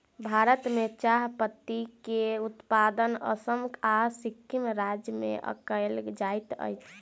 भारत में चाह पत्ती के उत्पादन असम आ सिक्किम राज्य में कयल जाइत अछि